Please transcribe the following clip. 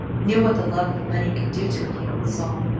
knew what the love of money could do to a human soul,